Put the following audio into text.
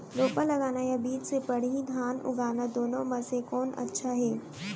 रोपा लगाना या बीज से पड़ही धान उगाना दुनो म से कोन अच्छा हे?